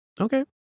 Okay